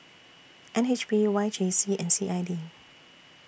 N H B Y J C and C I D